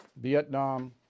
Vietnam